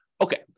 Okay